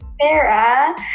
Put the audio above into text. Sarah